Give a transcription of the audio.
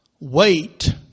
Wait